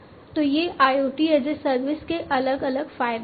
तो ये IoT as a service के अलग फायदे हैं